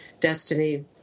destiny